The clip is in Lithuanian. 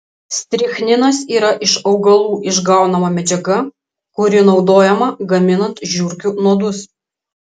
strichninas yra iš augalų išgaunama medžiaga kuri naudojama gaminant žiurkių nuodus